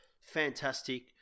fantastic